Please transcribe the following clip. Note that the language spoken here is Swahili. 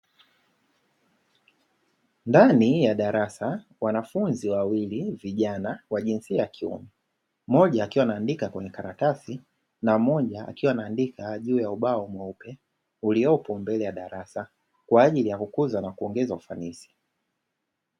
Ndani ya darasa wanafunzi wawili vijana wa jinsia ya kiume, mmoja akiwa anaandika kwenye karatasi na mmoja akiwa anaandika juu ya ubao mweupe, uliopo mbele ya darasa kwa ajili ya kukuza na kuongeza ufanisi.